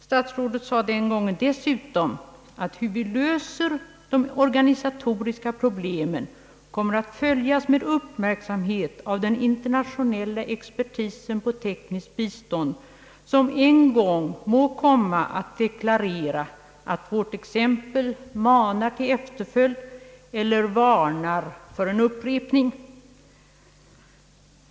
Statsrådet sade den gången dessutom att hur vi löser de organisatoriska problemen kommer att följas med uppmärksamhet av den internationella expertis på tekniskt bistånd som en gång må komma att deklarera att vårt exempel manar till efterföljd eller att varna för en upprepning.